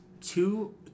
two